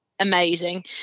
amazing